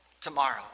tomorrow